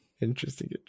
interesting